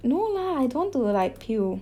no lah I don't want to like peel